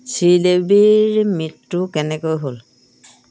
শ্ৰীদেৱীৰ মৃত্যু কেনেকৈ হ'ল